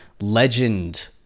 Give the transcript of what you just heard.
legend